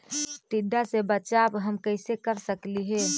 टीडा से बचाव हम कैसे कर सकली हे?